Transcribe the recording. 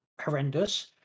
horrendous